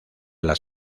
las